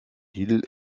hill